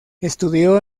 estudió